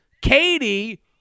Katie